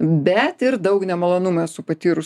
bet ir daug nemalonumų esu patyrus